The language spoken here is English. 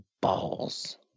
balls